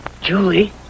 Julie